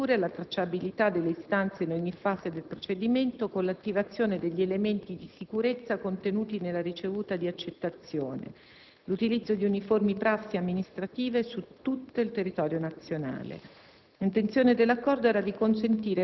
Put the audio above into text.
l'informatizzazione delle procedure, la tracciabilità delle istanze in ogni fase del procedimento con l'attivazione degli elementi di sicurezza contenuti nella ricevuta di accettazione, l'utilizzo di uniformi prassi amministrative su tutto il territorio nazionale.